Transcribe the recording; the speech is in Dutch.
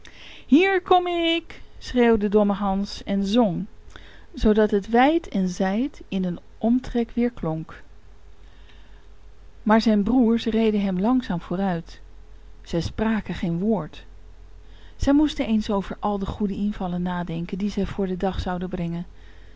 hier kom ik schreeuwde domme hans en zong zoodat het wijd en zijd in den omtrek weerklonk maar zijn broers reden hem langzaam vooruit zij spraken geen woord zij moesten eens over al de goede invallen nadenken die zij voor den dag zouden brengen